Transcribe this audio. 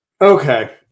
Okay